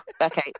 okay